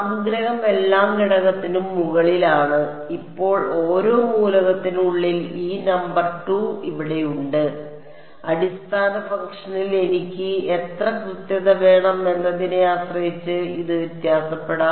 സംഗ്രഹം എല്ലാ ഘടകത്തിനും മുകളിലാണ് ഇപ്പോൾ ഓരോ മൂലകത്തിനും ഉള്ളിൽ ഈ നമ്പർ 2 ഇവിടെയുണ്ട് അടിസ്ഥാന ഫംഗ്ഷനിൽ എനിക്ക് എത്ര കൃത്യത വേണം എന്നതിനെ ആശ്രയിച്ച് ഇത് വ്യത്യാസപ്പെടാം